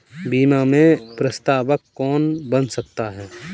बीमा में प्रस्तावक कौन बन सकता है?